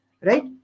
Right